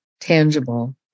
tangible